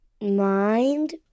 Mind